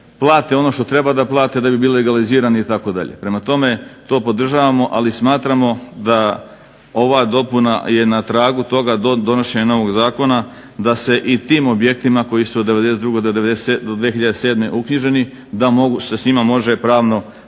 plate ono što treba da plate da bi bili legalizirani itd. Prema tome, to podržavamo ali smatramo da ova dopuna je na tragu toga do donošenja novog zakona da se i tim objektima koji su od '92. do 2007. uknjiženi da se s njima može pravno